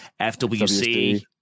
FWC